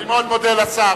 אני מאוד מודה לשר.